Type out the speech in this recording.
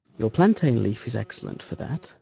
your plantain-leaf is excellent for that.